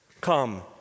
come